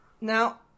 Now